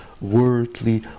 worldly